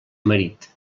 marit